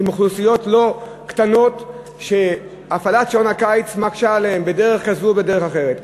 באוכלוסיות לא קטנות שהפעלת שעון הקיץ מקשה עליהן בדרך כזו ובדרך אחרת.